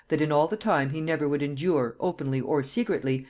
that in all the time he never would endure, openly or secretly,